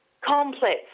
complex